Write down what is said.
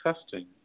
testing